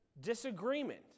disagreement